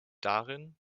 darin